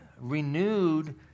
renewed